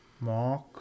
Mark